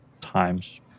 times